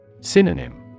Synonym